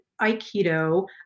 aikido